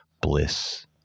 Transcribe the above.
bliss